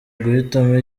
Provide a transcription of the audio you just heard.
guhitamo